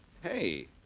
Hey